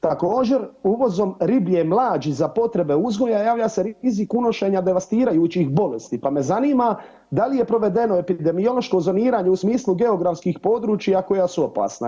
Također uvozom riblje mlađi za potrebe uzgoja javlja se rizik unošenja devastirajućih bolesti, pa me zanima da li je provedeno epidemiološko zoniranje u smislu geografskih područja koja su opasna.